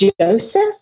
Joseph